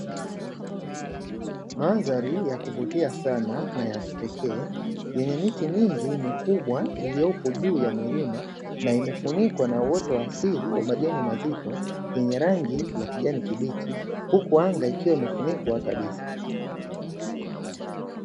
Mandhari ya kuvutia sana na ya kipekee yenye miti mingi mikubwa iliyopo juu ya milima na imefunikwa na uoto wa asili wa majani mazito yenye rangi ya kijani kibichi huku anga ikiwa imefunikwa kabisa.